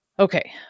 Okay